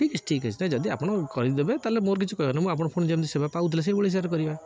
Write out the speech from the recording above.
ଠିକ୍ ଅଛି ଠିକ୍ ଅଛି ନାଇଁ ଯଦ ଆପଣ କରିଦେବେ ତା'ହେଲେ ମୋର କିଛି କହିବାର ନାହିଁ ମୁଁ ଆପଣ ପୁଣି ଯେମିତି ସେବା ପାଉଥିଲେ ସେଇଭଳି ହିସାବରେ କରିବା